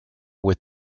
with